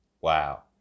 Wow